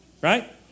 right